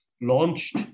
launched